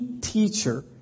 teacher